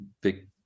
big